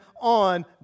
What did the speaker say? on